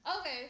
Okay